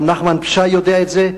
גם נחמן שי יודע את זה,